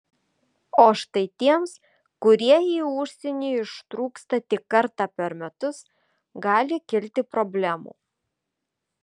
o štai tiems kurie į užsienį ištrūksta tik kartą per metus gali kilti problemų